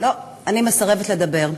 לא, אני מסרבת לדבר.